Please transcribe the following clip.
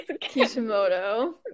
kishimoto